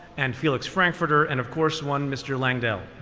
and felix frankfurter, and of course one mr. langdell,